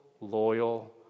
loyal